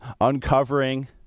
uncovering